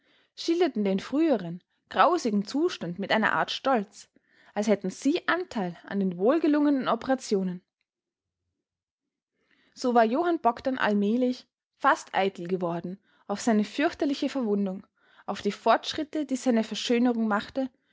schilderten den früheren grausigen zustand mit einer art stolz als hätten sie anteil an den wohlgelungenen operationen so war johann bogdn allmählich fast eitel geworden auf seine fürchterliche verwundung auf die fortschritte die seine verschönerung machte